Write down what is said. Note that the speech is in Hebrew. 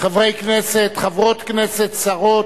חברי כנסת, חברות כנסת, שרות,